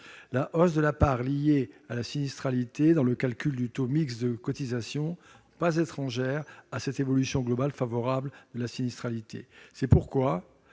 La hausse de la part liée à la sinistralité dans le calcul du taux mixte de cotisation n'est pas étrangère à cette évolution globale favorable à la sinistralité. C'est pourquoi